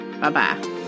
Bye-bye